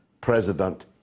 President